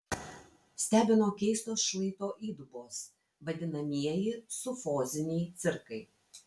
stebino keistos šlaito įdubos vadinamieji sufoziniai cirkai